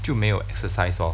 就没有 exercise lor